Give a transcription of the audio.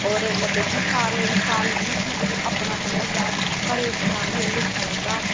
होर मतलब कि सारें इन्सान गी अपना समझदा घरै दी इक्क फैमिली आह्ले लेखा समझदा